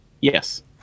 Yes